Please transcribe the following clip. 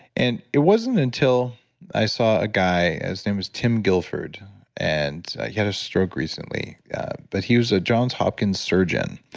and it wasn't until i saw a guy, his name was tim guilford and he had a stroke recently but he was a johns hopkins surgeon.